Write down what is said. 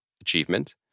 achievement